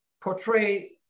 portray